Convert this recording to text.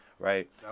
Right